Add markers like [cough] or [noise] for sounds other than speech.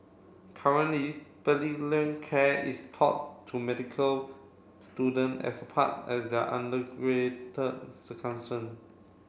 currently [unintelligible] care is taught to medical student as part as their [unintelligible]